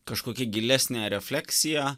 kažkokia gilesnė refleksija